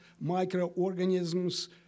Microorganisms